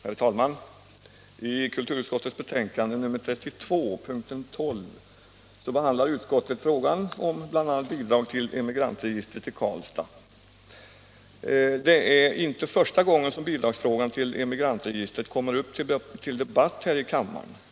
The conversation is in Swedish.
Herr talman! I kulturutskottets betänkande nr 32 p. 12 behandlar utskottet frågan om bidrag till Emigrantregistret i Karlstad. Det är inte första gången den frågan kommer upp till debatt här i kammaren.